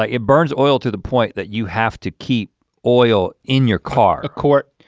ah it burns oil to the point that you have to keep oil in your car. a court.